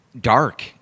dark